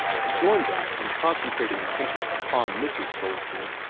and joined them in concentrating attention upon mrs. soulsby.